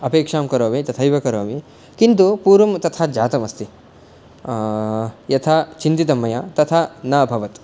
अपेक्षाम् करोमि तथैव करोमि किन्तु पूर्वं तथा जातम् अस्ति यथा चिन्तितं मया तथा न अभवत्